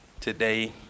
today